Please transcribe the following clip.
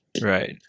Right